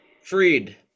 Freed